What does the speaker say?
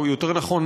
או יותר נכון,